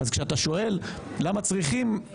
כשאתה שואל למה צריכים,